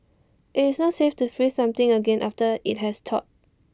IT is not safe to freeze something again after IT has thawed